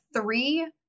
three